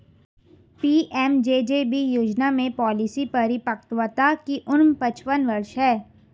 PMJJB योजना में policy परिपक्वता की उम्र पचपन वर्ष है